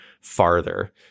farther